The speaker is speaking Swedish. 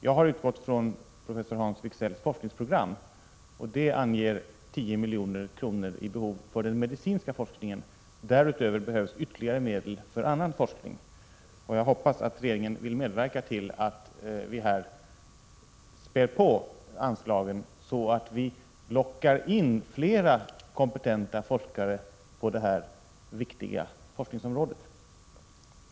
Jag har utgått från professor Hans Wigzells forskningsprogram, och där anges ett behov av 10 milj.kr. för den medicinska forskningen. Därutöver behövs ytterligare medel för annan forskning. Jag hoppas att regeringen vill medverka till att späda på anslagen, så att flera kompetenta forskare lockas in på detta viktiga forskningsområde.